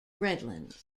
redlands